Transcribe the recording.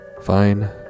Fine